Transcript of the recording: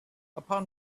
upon